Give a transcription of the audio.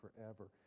forever